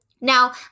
Now